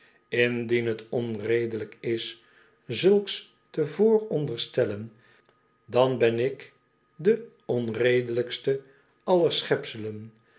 indien het onredelijk is zulks te vooronderstellen dan ben ik de onredelijkste